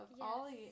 Ollie